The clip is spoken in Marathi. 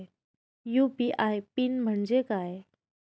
यू.पी.आय पिन म्हणजे काय?